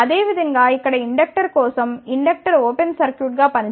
అదేవిధంగా ఇక్కడ ఇండక్టర్ కోసం ఇండక్టర్ ఓపెన్ సర్క్యూట్గా పనిచేయాలి